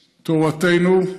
תורתנו,